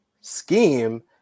scheme